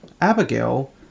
abigail